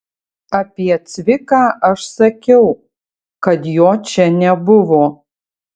apie cviką aš sakiau kad jo čia nebuvo